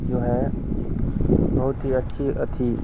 जो है बहुत ही अच्छी अच्छी